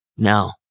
No